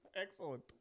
Excellent